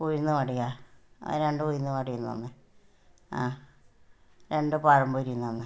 ഉഴുന്ന് വടയോ രണ്ട് ഉഴുന്ന് വട ഇങ്ങ് തന്നേ ആ രണ്ട് പഴംപൊരി ഇങ്ങ് തന്നേ